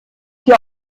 sie